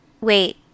Wait